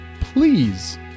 please